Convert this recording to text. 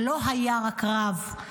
שלא היה רק רב,